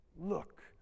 Look